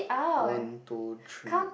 one two three